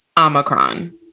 omicron